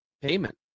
payment